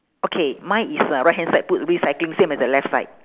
okay mine is uh right hand side put recycling same as the left side